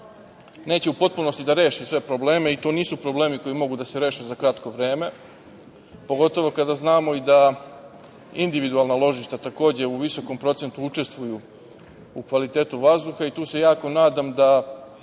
neće u potpunosti da reši sve probleme i to nisu problemi koji mogu da se reše za kratko vreme, pogotovo kada znamo da individualna ložišta takođe u visokom procentu učestuju u kvalitetu vazduha. Tu se jako nadam da